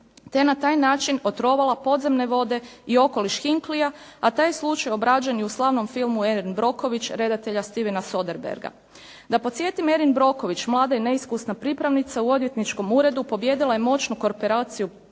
te na taj način otrovala podzemne vode i okoliš Hinkleya, a taj slučaj obrađen je u slavnom filmu Erin Brockovich, redatelja Stevena Soderbergha. Da podsjetim Erin Brockovich, mala i neiskusna pripravnica, u odvjetničkom uredu pobijedila je moćnu korporaciju